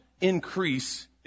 increase